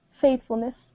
faithfulness